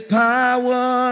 power